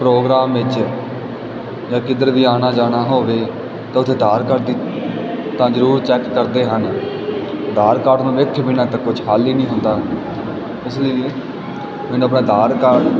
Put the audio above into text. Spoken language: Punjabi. ਪ੍ਰੋਗਰਾਮ ਵਿੱਚ ਜਾਂ ਕਿੱਧਰ ਵੀ ਆਉਣਾ ਜਾਣਾ ਹੋਵੇ ਤਾਂ ਉੱਥੇ ਆਧਾਰ ਕਾਰਡ ਦੀ ਤਾਂ ਜ਼ਰੂਰ ਚੈੱਕ ਕਰਦੇ ਹਨ ਆਧਾਰ ਕਾਰਡ ਨੂੰ ਵੇਖੇ ਬਿਨ੍ਹਾਂ ਤਾਂ ਕੁਛ ਹੱਲ ਹੀ ਨਹੀਂ ਹੰਦਾ ਇਸ ਲਈ ਮੈਨੂੰ ਆਪਣਾ ਆਧਾਰ ਕਾਰਡ